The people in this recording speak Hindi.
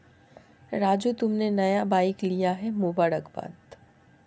राजू तुमने नया बाइक लिया है मुबारकबाद